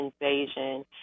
invasion